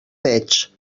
veig